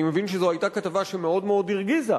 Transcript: אני מבין שזו היתה כתבה שמאוד מאוד הרגיזה,